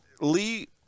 Lee